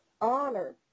honor